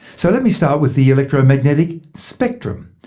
so let me start with the electromagnetic spectrum.